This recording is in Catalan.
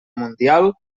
mundial